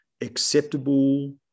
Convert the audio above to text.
acceptable